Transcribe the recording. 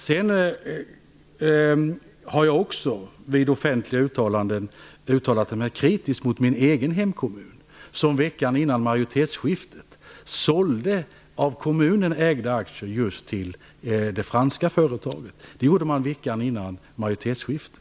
Jag har också offentligt uttalat mig kritiskt mot min egen hemkommun som veckan innan majoritetsskiftet sålde av kommunen ägda aktier just till det franska företaget. Det gjorde man veckan innan majoritetsskiftet.